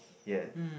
ya